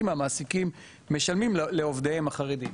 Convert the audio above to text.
מהמעסיקים משלמים לעובדיהם החרדים,